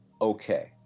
Okay